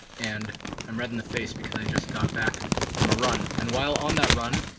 and i'm red in the face because i just got back from a run. and while on that run,